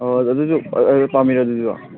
ꯑꯣ ꯍꯣꯏ ꯑꯗꯨꯁꯨ ꯄꯥꯝꯕꯤꯔꯦ ꯑꯗꯨꯁꯨ